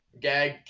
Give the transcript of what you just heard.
gag